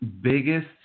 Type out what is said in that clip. biggest